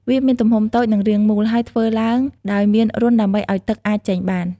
វាមានទំហំតូច និងរាងមូល ហើយធ្វើឡើងដោយមានរន្ធដើម្បីឲ្យទឹកអាចចេញបាន។